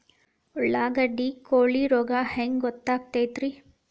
ಉಳ್ಳಾಗಡ್ಡಿ ಕೋಳಿ ರೋಗ ಹ್ಯಾಂಗ್ ಗೊತ್ತಕ್ಕೆತ್ರೇ?